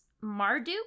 Marduk